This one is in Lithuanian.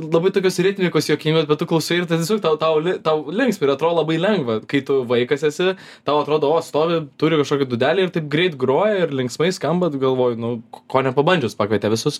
labai tokios ritmikos juokingos bet tu klausai ir ten tiesiog tau tau li tau linksma ir atrodo labai lengva kai tu vaikas esi tau atrodo o stovi turi kažkokią dūdelę ir taip greit groja ir linksmai skamba tu galvoji nu ko nepabandžius pakvietė visus